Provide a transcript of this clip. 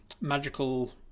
magical